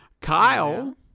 Kyle